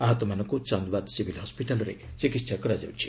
ଆହତମାନଙ୍କୁ ଚାନ୍ଦବାଦ ସିଭିଲ୍ ହସ୍କିଟାଲ୍ରେ ଚିକିତ୍ସା କରାଯାଉଛି